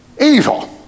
evil